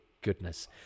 goodness